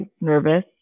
nervous